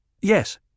Yes